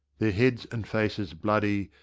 their heads and faces bloody,